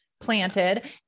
planted